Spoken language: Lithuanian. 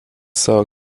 savo